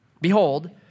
Behold